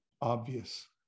obvious